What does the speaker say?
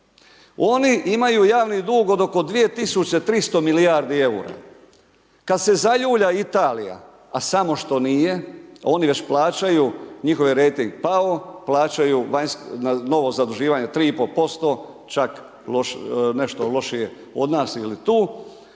Oni imaju javni dug od oko 2 tisuće 300 milijardi EUR-a. Kada se zaljulja Italija, a samo što nije, oni već plaćaju, njihov je rejting pao, plaćaju novo zaduživanje 3,5%, čak nešto lošije od nas ili tu.